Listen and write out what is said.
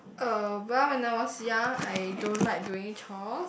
uh well when I was young I don't like doing chores